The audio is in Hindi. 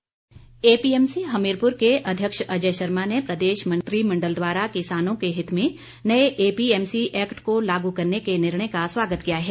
एपीएमसी एपीएमसी हमीरपुर के अध्यक्ष अजय शर्मा ने प्रदेश मंत्रिमंडल द्वारा किसानों के हित में नए एपीएमसी एक्ट को लागू करने के निर्णय का स्वागत किया है